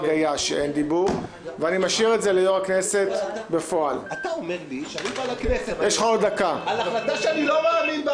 הגישו כמה מבקשים בקשה באותו עניין,